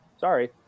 Sorry